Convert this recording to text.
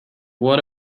what